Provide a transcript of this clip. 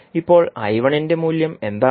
ഇപ്പോൾ ന്റെ മൂല്യം എന്താണ്